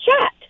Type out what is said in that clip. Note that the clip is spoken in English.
chat